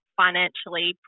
financially